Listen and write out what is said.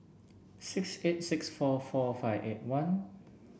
six eight six four four five eight one